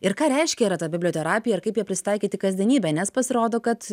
ir ką reiškia yra ta biblioterapija kaip ją prisitaikyti kasdienybėj nes pasirodo kad